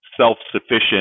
self-sufficient